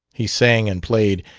he sang and played,